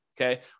okay